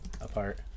apart